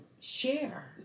share